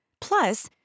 Plus